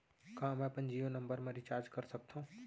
का मैं अपन जीयो नंबर म रिचार्ज कर सकथव?